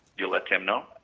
you let him know?